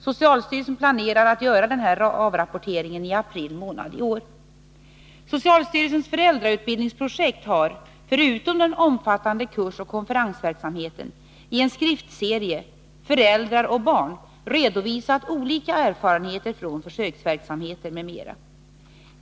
Socialstyrelsen planerar att göra denna avrapportering i april månad i år. Socialstyrelsens föräldrautbildningsprojekt har, förutom den omfattande kursoch konferensverksamheten, i en skriftserie, Föräldrar och barn, redovisat olika erfarenheter från försöksverksamheter m.m.